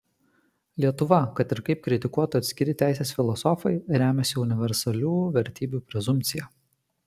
lietuva kad ir kaip kritikuotų atskiri teisės filosofai remiasi universalių vertybių prezumpcija